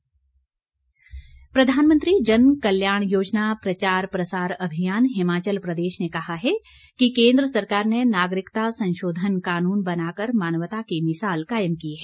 प्रचार प्रसार अभियान प्रधानमंत्री जनकल्याण योजना प्रचार प्रसार अभियान हिमाचल प्रदेश ने कहा है कि केन्द्र सरकार ने नागरिकता संशोधन कानून बनाकर मानवता की मिसाल कायम की है